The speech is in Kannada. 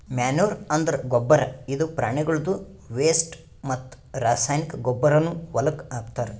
ಮ್ಯಾನೂರ್ ಅಂದ್ರ ಗೊಬ್ಬರ್ ಇದು ಪ್ರಾಣಿಗಳ್ದು ವೆಸ್ಟ್ ಮತ್ತ್ ರಾಸಾಯನಿಕ್ ಗೊಬ್ಬರ್ನು ಹೊಲಕ್ಕ್ ಹಾಕ್ತಾರ್